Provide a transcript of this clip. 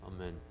Amen